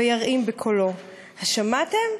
/ וירעים בקולו: 'השמעתם?